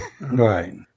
Right